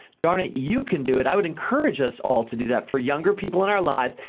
darn it, you can do it. i would encourage us all to do that. for younger people in our lives,